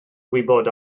gwybod